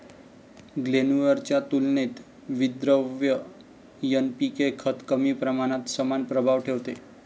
granular च्या तुलनेत विद्रव्य एन.पी.के खत कमी प्रमाणात समान प्रभाव ठेवते